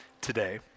today